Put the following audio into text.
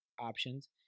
options